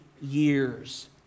years